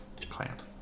Clamp